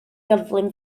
gyflym